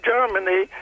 Germany